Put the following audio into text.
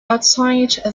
outside